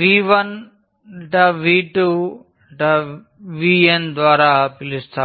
V1 δV2 δVn ద్వారా పిలుస్తాము